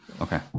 Okay